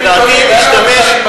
לדעתי,